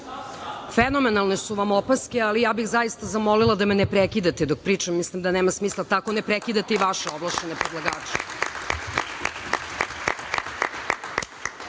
Fenomenalne su vam opaske, ali ja bih zaista zamolila da me ne prekidate dok pričam. Mislim da nema smisla, tako ne prekidate ni vaše ovlašćene predlagače. Dakle,